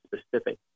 specific